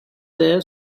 there